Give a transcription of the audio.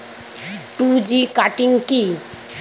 Two G cutting কি?